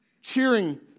Cheering